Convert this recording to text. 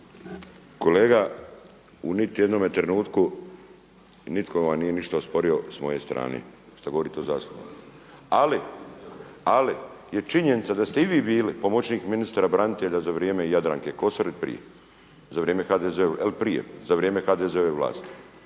Kolega u niti jednome trenutku nitko vam nije ništa nije ospori s moje strane šta govorite o …/Govornik se ne razumije./… ali, ali je činjenica da ste i vi bili pomoćnik ministra branitelja za vrijeme Jadranke Kosor i prije, za vrijeme HDZ-ove,